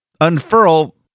unfurl